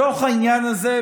בתוך העניין הזה,